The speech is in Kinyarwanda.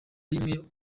rimwe